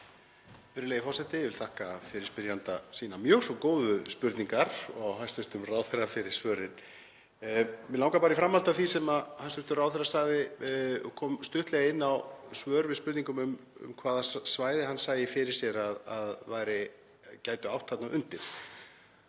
Virðulegi forseti. Ég vil þakka fyrirspyrjanda sínar mjög svo góðu spurningar og hæstv. ráðherra fyrir svörin. Mig langar bara í framhaldi af því sem hæstv. ráðherra sagði, og kom stuttlega inn á svör við spurningum um hvaða svæði hann sæi fyrir sér að gætu átt þarna undir,